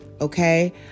Okay